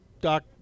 doc